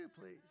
please